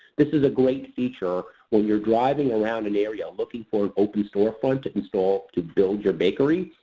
this is a great feature when you're driving around an area looking for an open storefront to install, to build your bakery.